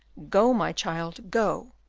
go, my child, go,